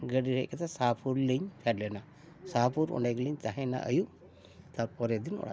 ᱜᱟᱹᱰᱤ ᱫᱮᱡ ᱠᱟᱛᱮᱫ ᱥᱟᱦᱟᱯᱩᱨᱞᱤᱧ ᱯᱷᱮᱰ ᱞᱮᱱᱟ ᱥᱟᱦᱟᱯᱩᱨ ᱚᱸᱰᱮ ᱜᱮᱞᱤᱧ ᱛᱟᱦᱮᱱᱟ ᱟᱹᱭᱩᱵ ᱛᱟᱯᱚᱨᱮᱨ ᱫᱤᱱ ᱚᱲᱟᱜ ᱛᱮᱞᱤᱧ ᱦᱮᱡ ᱮᱱᱟ